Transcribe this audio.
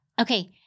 Okay